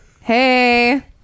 Hey